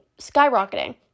skyrocketing